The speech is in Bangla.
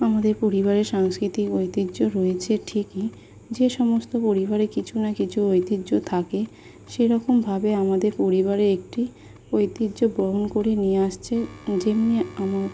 আমাদের পরিবারের সাংস্কৃতিক ঐতিহ্য রয়েছে ঠিকই যে সমস্ত পরিবারে কিছু না কিছু ঐতিহ্য থাকে সেরকমভাবে আমাদের পরিবারে একটি ঐতিহ্য বহন করে নিয়ে আসছে যেমনি আমার